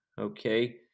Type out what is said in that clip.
okay